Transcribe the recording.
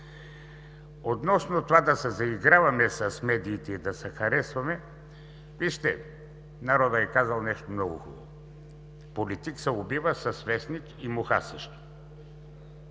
Относно това да се заиграваме с медиите и да се харесваме, вижте, народът е казал нещо много хубаво: политик се убива с вестник, и муха също.